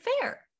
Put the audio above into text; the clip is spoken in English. fair